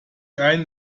einen